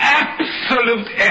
absolute